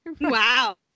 Wow